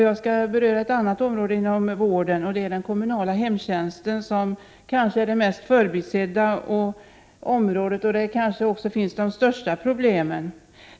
Jag skall beröra ett annat område inom vårdsektorn, nämligen den kommunala hemtjänsten, som kanske är det mest förbisedda området. Där kanske också de största problemen finns.